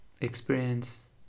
experience